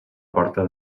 porta